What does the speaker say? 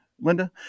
Linda